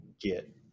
get